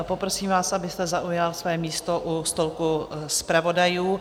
Poprosím vás, abyste zaujal své místo u stolku zpravodajů.